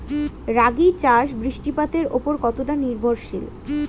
রাগী চাষ বৃষ্টিপাতের ওপর কতটা নির্ভরশীল?